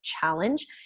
challenge